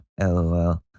LOL